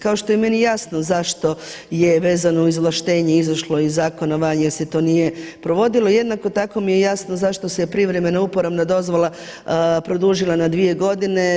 Kao što je meni jasno zašto je vezano uz izvlaštenje izašlo iz Zakona o valjanosti to nije provodilo, jednako tako mi je jasno zašto se privremena uporabna dozvola produžila na dvije godine.